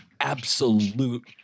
absolute